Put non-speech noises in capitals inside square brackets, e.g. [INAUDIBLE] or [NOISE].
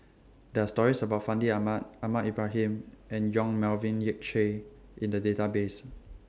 There Are stories about Fandi Ahmad Ahmad Ibrahim and Yong Melvin Yik Chye in The Database [NOISE]